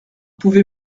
pouvez